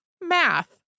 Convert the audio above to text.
math